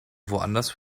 woanders